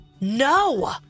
No